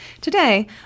Today